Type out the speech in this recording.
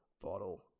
bottle